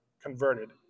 converted